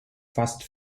fast